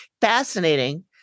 Fascinating